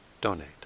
donate